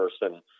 person